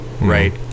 right